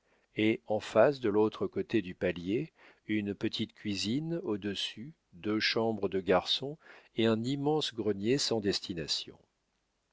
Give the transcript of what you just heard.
et en face de l'autre côté du palier une petite cuisine au-dessus deux chambres de garçon et un immense grenier sans destination